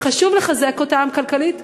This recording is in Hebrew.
וחשוב לחזק אותם כלכלית.